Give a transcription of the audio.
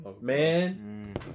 man